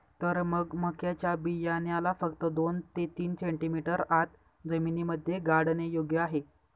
तर मग मक्याच्या बियाण्याला फक्त दोन ते तीन सेंटीमीटर आत जमिनीमध्ये गाडने योग्य आहे